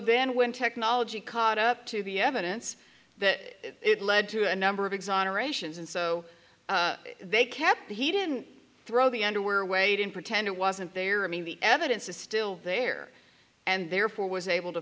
then when technology caught up to the evidence that it led to a number of exonerations and so they kept the heat throw the underwear wade and pretend it wasn't there i mean the evidence is still there and therefore was able to